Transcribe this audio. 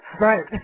Right